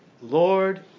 Lord